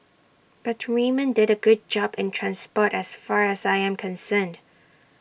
but Raymond did A great job in transport as far as I am concerned